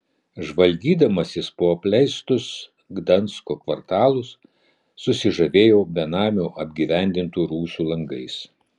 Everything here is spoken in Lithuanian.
žvalgydamasis po apleistus gdansko kvartalus susižavėjau benamių apgyvendintų rūsių langais